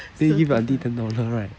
then you give your auntie ten dollar right